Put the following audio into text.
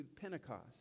Pentecost